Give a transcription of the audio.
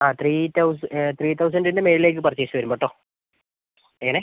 ആ three thousand three തൗസന്റിൻ്റെ മേളിലേക്ക് പർച്ചേസ് വരുമ്പോട്ടോ എങ്ങനെ